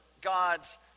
god's